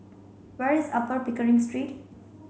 where is Upper Pickering Street